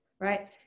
right